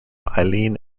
eileen